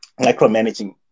micromanaging